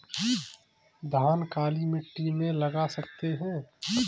धान काली मिट्टी में लगा सकते हैं?